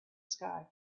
sky